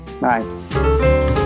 bye